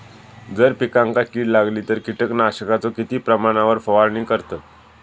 जर पिकांका कीड लागली तर कीटकनाशकाचो किती प्रमाणावर फवारणी करतत?